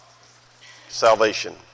Salvation